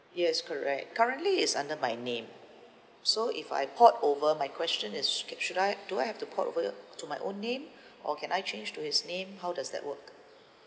yes correct currently it's under my name so if I port over my question is K should I do I have to port over to my own name or can I change to his name how does that work